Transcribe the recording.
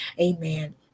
amen